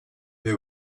they